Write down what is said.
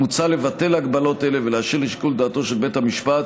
מוצע לבטל הגבלות אלה ולהשאיר לשיקול דעתו של בית המשפט,